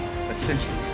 essentially